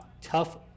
tough